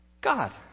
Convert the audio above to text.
God